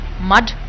mud